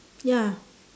ya